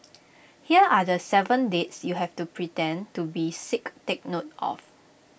here are the Seven dates you have to pretend to be sick take note of